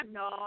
no